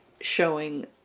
showing